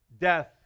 death